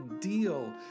deal